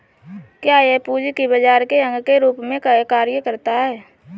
क्या यह पूंजी बाजार के अंग के रूप में कार्य करता है?